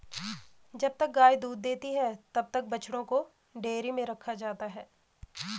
जब तक गाय दूध देती है तब तक बछड़ों को डेयरी में रखा जाता है